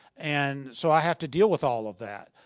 and so i have to deal with all of that.